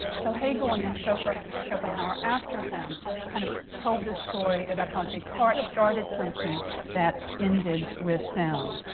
so hegel and then schopenhauer schopenhauer after him kind of told the story about how descartes started something that ended with them.